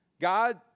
God